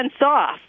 off